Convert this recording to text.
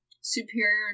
Superior